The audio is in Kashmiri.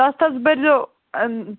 تتھ حظ بٔرۍزیٚو